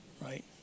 right